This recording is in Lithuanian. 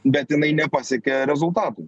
bet jinai nepasiekia rezultatų